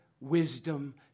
wisdom